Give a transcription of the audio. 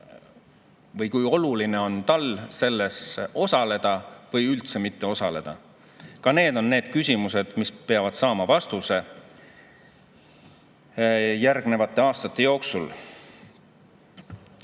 kui oluline on tal selles osaleda või üldse mitte osaleda. Ka need on küsimused, mis peavad saama vastuse järgnevate aastate jooksul.